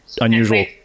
unusual